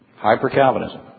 Hyper-Calvinism